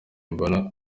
mbona